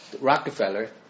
Rockefeller